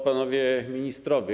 Panowie Ministrowie!